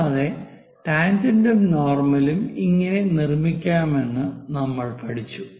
കൂടാതെ ടാൻജെന്റും നോർമലും എങ്ങനെ നിർമ്മിക്കാമെന്ന് നമ്മൾ പഠിച്ചു